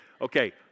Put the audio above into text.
Okay